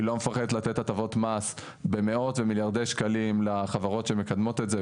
היא לא מפחדת לתת הטבות מס במאות ומיליארדי שקלים לחברות שמקדמות את זה,